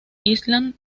island